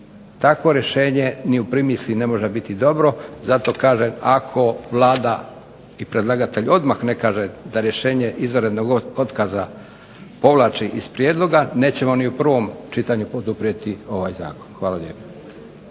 Takvo rješenje ni u primisli ne može biti dobro. Zato kažem ako Vlada i predlagatelj odmah ne kaže da rješenje izvanrednog otkaza povlači iz prijedloga nećemo ni u prvom čitanju poduprijeti ovaj zakon. Hvala lijepo.